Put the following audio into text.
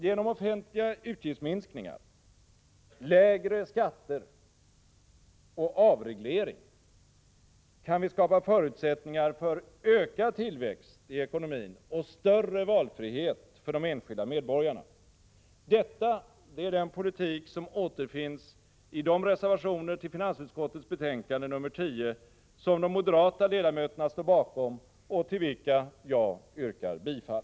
Genom offentliga utgiftsminskningar, lägre skatter och avreglering kan vi skapa förutsättningar för ökad tillväxt i ekonomin och större valfrihet för de enskilda medborgarna. Detta är den politik som återfinns i de reservationer till finansutskottets betänkande nr 10 som de moderata ledamöterna står bakom och till vilka jag yrkar bifall.